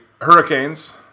hurricanes